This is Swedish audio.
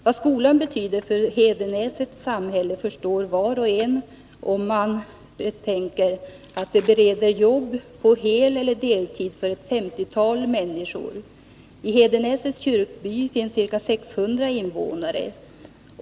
Vad skolan betyder för Hedenäsets samhälle förstår var och en som tänker på att den bereder jobb på heleller deltid för femtiotalet människor. I Hedenäsets kyrkby finns ca 600 invånare.